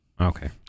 Okay